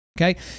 Okay